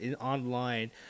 online